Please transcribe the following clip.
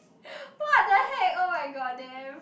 what the heck oh-my-god damn